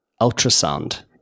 ultrasound